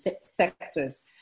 sectors